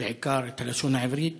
בעיקר את הלשון העברית,